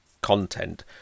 content